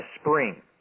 spring